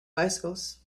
bicycles